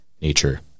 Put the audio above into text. nature